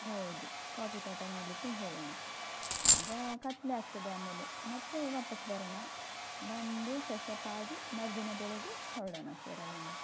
ಹೌದು ಕಾಫಿ ತೋಟ ನೋಡಲಿಕ್ಕೆ ಹೋಗೋಣ ಆಗ ಕತ್ತಲೆ ಆಗ್ತದೆ ಆಮೇಲೆ ಮತ್ತೆ ವಾಪಸ್ ಬರೋಣ ಬಂದು ಫ್ರೆಶ್ ಅಪ್ ಆಗಿ ಮರುದಿನ ಬೆಳಗ್ಗೆ ಹೊರಡೋಣ ಸರ್ ಅಲ್ಲಿಂದ